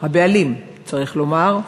צריך לומר הבעלים,